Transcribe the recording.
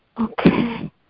okay